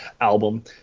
album